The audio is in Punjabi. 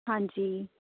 ਹਾਂਜੀ